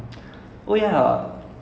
or if you get stuck in time